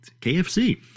KFC